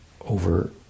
over